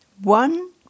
one